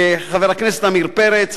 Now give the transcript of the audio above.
חבר הכנסת עמיר פרץ,